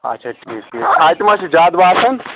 اچھا ٹھیٖکٕے اتہِ ما چھُ زیادٕ واتان